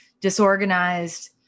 disorganized